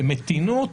במתינות,